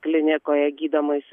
klinikoje gydomais